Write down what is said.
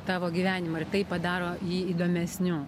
tavo gyvenimą ir tai padaro jį įdomesniu